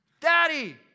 Daddy